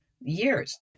years